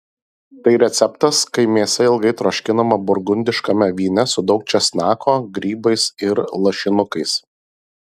tai receptas kai mėsa ilgai troškinama burgundiškame vyne su daug česnako grybais ir lašinukais